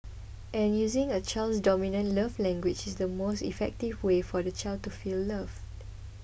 and using a child's dominant love language is the most effective way for the child to feel loved